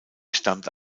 stammte